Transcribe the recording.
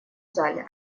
зале